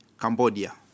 Cambodia